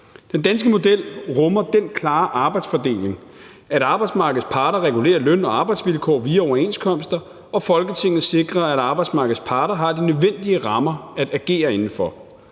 Den danske model rummer den klare arbejdsfordeling, at arbejdsmarkedets parter regulerer løn- og arbejdsvilkår via overenskomster, og at Folketinget sikrer, at arbejdsmarkedets parter har de nødvendige rammer at agere inden for.